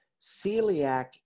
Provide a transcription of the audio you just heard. celiac